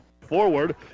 forward